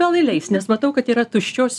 gal įleis nes matau kad yra tuščios